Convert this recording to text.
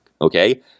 Okay